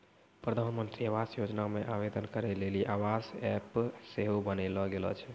प्रधानमन्त्री आवास योजना मे आवेदन करै लेली आवास ऐप सेहो बनैलो गेलो छै